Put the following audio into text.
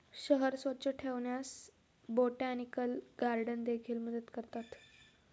शहर स्वच्छ ठेवण्यास बोटॅनिकल गार्डन देखील मदत करतात